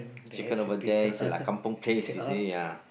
chicken over there it's like kampung place you see ya